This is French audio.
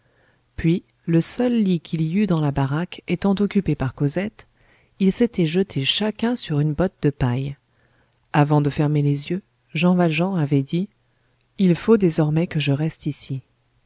puis le seul lit qu'il y eût dans la baraque étant occupé par cosette ils s'étaient jetés chacun sur une botte de paille avant de fermer les yeux jean valjean avait dit il faut désormais que je reste ici